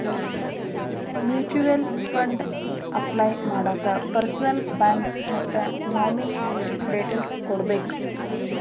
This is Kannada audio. ಮ್ಯೂಚುಯಲ್ ಫಂಡ್ ಅಪ್ಲೈ ಮಾಡಾಕ ಪರ್ಸನಲ್ಲೂ ಬ್ಯಾಂಕ್ ಮತ್ತ ನಾಮಿನೇ ಡೇಟೇಲ್ಸ್ ಕೋಡ್ಬೇಕ್